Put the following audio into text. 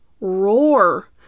roar